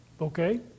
Okay